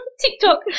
TikTok